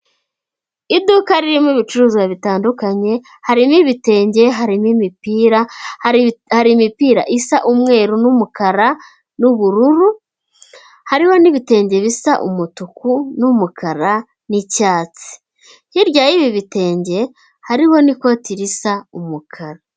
Iduka ririmo ibicuruzwa bitandukanye harimo ibitenge harimo imipira, hari imipira isa umweru n'umukara n'ubururu, hariho n'ibitenge bisa umutuku n'umukara n'icyatsi. Hirya y'ibi bitenge hariho n'ikoti risa umukara.